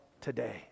today